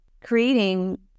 creating